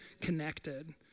connected